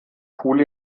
pool